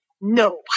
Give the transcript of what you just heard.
No